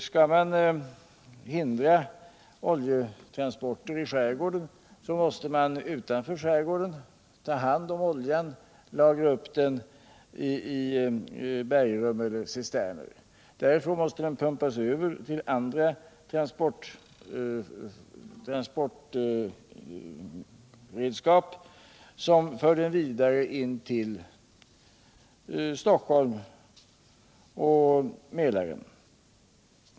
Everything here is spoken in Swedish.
Skall man hindra oljetransporter i skärgården måste man ta hand om oljan utanför skärgården och lagra den i bergrum eller cisterner. Därifrån måste den pumpas över till andra transportmedel som för den vidare in till Stockholm och Mälaren.